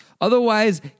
Otherwise